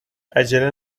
عجله